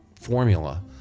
formula